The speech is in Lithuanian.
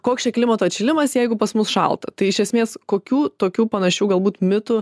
koks čia klimato atšilimas jeigu pas mus šalta tai iš esmės kokių tokių panašių galbūt mitų